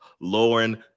Lauren